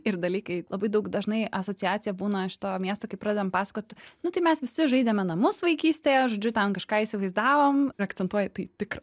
ir dalykai labai daug dažnai asociacija būna šito miesto kai pradedam pasakot nu tai mes visi žaidėme namus vaikystėje žodžiu ten kažką įsivaizdavom ir akcentuoju tai tikra